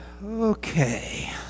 Okay